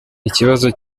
ikibazo